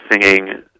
Singing